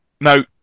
Now